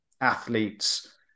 athletes